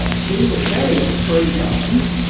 ah he was married three times,